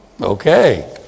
Okay